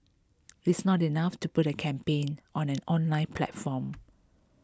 it's not enough to put a campaign on an online platform